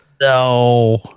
No